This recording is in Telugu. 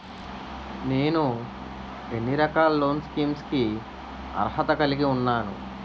నేను ఎన్ని రకాల లోన్ స్కీమ్స్ కి అర్హత కలిగి ఉన్నాను?